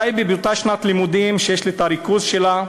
בטייבה, באותה שנת לימודים שיש לי את הריכוז שלה,